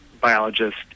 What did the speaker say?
biologist